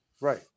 Right